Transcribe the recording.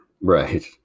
Right